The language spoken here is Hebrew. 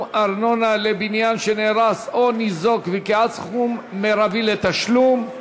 ארנונה על בניין שנהרס או ניזוק וקביעת סכום מרבי לתשלום),